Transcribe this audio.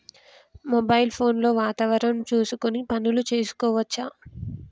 Mobile phone లో వాతావరణం చూసుకొని పనులు చేసుకోవచ్చా?